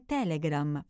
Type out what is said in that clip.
Telegram